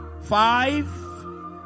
Five